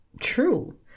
True